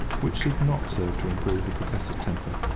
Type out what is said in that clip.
which did not serve to improve the professor's temper.